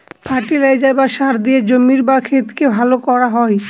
fertiliser বা সার দিয়ে জমির বা ক্ষেতকে ভালো করা হয়